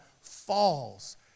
falls